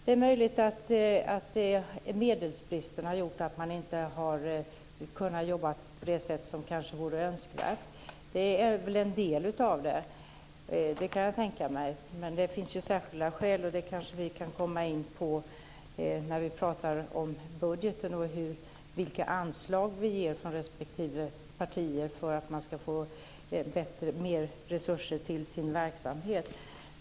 Det möjligt att medelsbristen har gjort att man inte har kunnat jobba på det sätt som kanske vore önskvärt. Det är väl en del av det. Det kan jag tänka mig. Men det finns särskilda skäl. Det kanske vi kan komma in på när vi talar om budgeten och vilka anslag vi vill ge från respektive partier för att man ska få mer resurser till sin verksamhet.